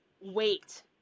Wait